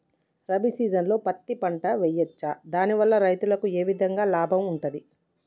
రబీ సీజన్లో పత్తి పంటలు వేయచ్చా దాని వల్ల రైతులకు ఏ విధంగా లాభం ఉంటది?